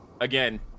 again